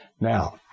Now